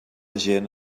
gent